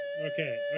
Okay